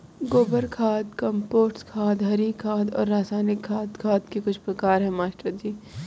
गोबर खाद कंपोस्ट खाद हरी खाद और रासायनिक खाद खाद के कुछ प्रकार है मास्टर जी